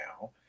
now